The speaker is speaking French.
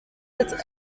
être